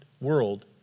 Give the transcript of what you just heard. world